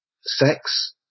sex